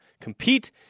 compete